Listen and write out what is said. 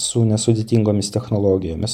su nesudėtingomis technologijomis